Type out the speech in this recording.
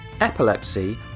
Epilepsy